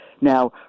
Now